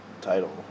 title